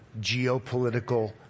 geopolitical